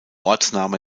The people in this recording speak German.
ortsname